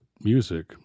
music